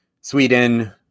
Sweden